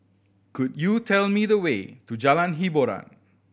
could you tell me the way to Jalan Hiboran